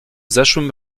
zeszłym